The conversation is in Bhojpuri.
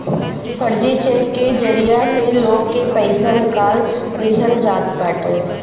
फर्जी चेक के जरिया से लोग के पईसा निकाल लिहल जात बाटे